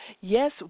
Yes